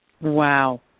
Wow